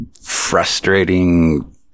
frustrating